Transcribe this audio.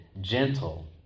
gentle